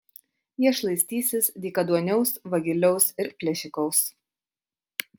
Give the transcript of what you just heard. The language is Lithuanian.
jie šlaistysis dykaduoniaus vagiliaus ir plėšikaus